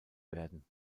werden